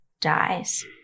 dies